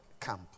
camp